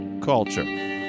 Culture